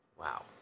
Wow